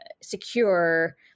secure